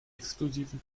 exklusiven